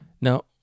Now